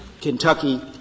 Kentucky